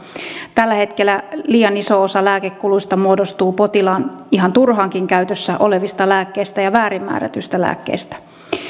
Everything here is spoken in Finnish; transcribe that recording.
tällä hetkellä liian iso osa lääkekuluista muodostuu potilaalla ihan turhaankin käytössä olevista lääkkeistä ja väärin määrätyistä lääkkeistä